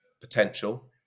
potential